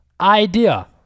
idea